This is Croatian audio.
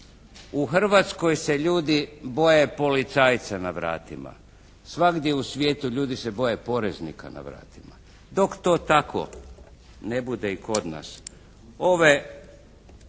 U Hrvatskoj se ljudi boje policajca na vratima. Svagdje u svijetu ljudi se boje poreznika na vratima. Dok to tako ne bude i kod nas, ove,